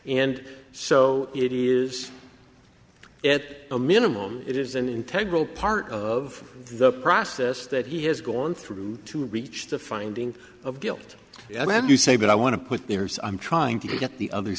and so it is it a minimum it is an integrity part of the process that he has gone through to reach the finding of guilt when you say that i want to put there's i'm trying to get the other